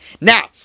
Now